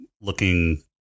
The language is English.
looking